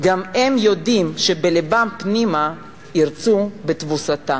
גם הם יודעים שבלבם פנימה ירצו בתבוסתה?